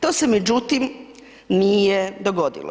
To se međutim nije dogodilo.